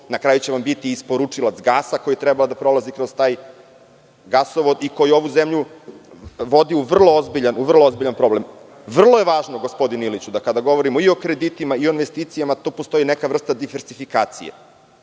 Na kraju će vam biti isporučilac gasa koji je trebao da prolazi kroz taj gasovod i koji ovu zemlju vodi u vrlo ozbiljan problem. Vrlo je važno, gospodine Iliću, da kada govorimo i o kreditima i o investicijama tu postoji neka vrsta diversifikacije,